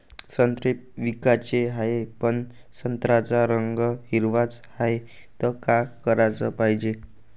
संत्रे विकाचे हाये, पन संत्र्याचा रंग हिरवाच हाये, त का कराच पायजे?